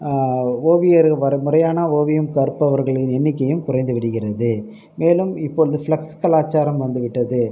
ஓவியர்கள் வரைமுறையான ஓவியம் கற்பவர்களின் எண்ணிக்கையும் குறைந்து விடுகிறது மேலும் இப்போ இந்த ஃப்ளெக்ஸ் கலாச்சாரம் வந்துவிட்டது